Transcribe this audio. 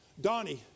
Donnie